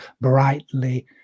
brightly